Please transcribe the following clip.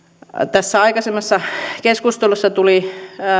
tässä aikaisemmassa keskustelussa tuli